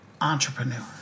entrepreneur